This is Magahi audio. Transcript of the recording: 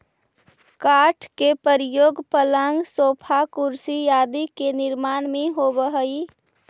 काष्ठ के प्रयोग पलंग, सोफा, कुर्सी आदि के निर्माण में होवऽ हई